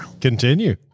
Continue